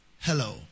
Hello